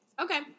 Okay